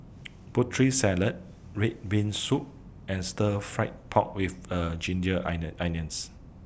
Putri Salad Red Bean Soup and Stir Fried Pork with A Ginger Onions